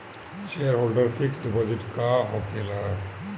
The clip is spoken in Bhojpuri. सेयरहोल्डर फिक्स डिपाँजिट का होखे ला?